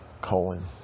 colon